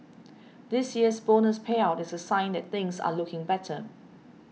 this year's bonus payout is a sign that things are looking better